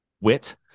wit